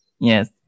yes